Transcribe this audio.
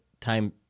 time